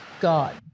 God